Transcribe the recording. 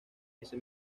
ese